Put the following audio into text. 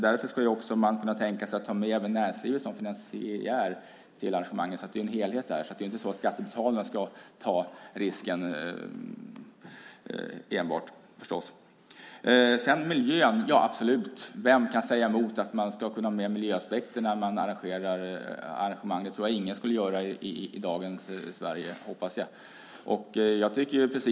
Därför skulle man kunna tänka sig att ta med även näringslivet som finansiär vid arrangemang så att det blir en helhet där. Det är förstås inte enbart skattebetalarna som ska ta risken. Sedan har vi miljön. Ja, absolut! Vem kan säga emot att man ska kunna ha med miljöaspekter vid arrangemang? Det tror jag ingen skulle göra i dagens Sverige - hoppas jag.